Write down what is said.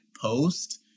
post